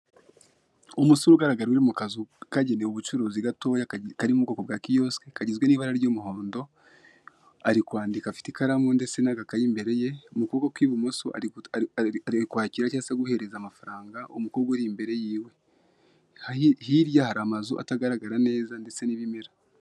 Umusore ugaragara uri mu kazu kagenewe ubucuruzi gatoya. Kari mu bwoko bwa kiyosike kagizwe n'ibara ry'umuhondo. Ari kwandika afite ikaramu ndetse n'agakayi imbere ye, mu kuboko kw'i bumoso ari kwakira cyangwa se guhereza amafaranga umukobwa uri imbere y'iwe. Hirya hari amazu atagaragara neza ndetse n'ibimera .